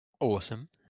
Awesome